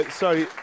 sorry